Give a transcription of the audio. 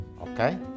okay